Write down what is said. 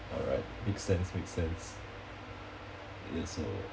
alright makes sense makes sense yes so